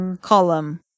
column